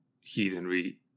heathenry